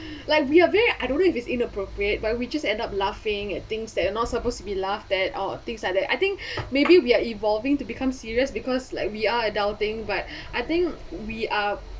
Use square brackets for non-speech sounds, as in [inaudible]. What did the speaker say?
like we are aware I don't know if it's inappropriate but we just end up laughing at things that are not supposed to be laughed at or things like that I think [breath] maybe we are evolving to become serious because like we are adulting but [breath] I think we are